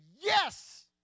yes